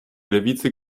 lewicy